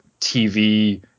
TV